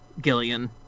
Gillian